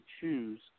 choose